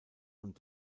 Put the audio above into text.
und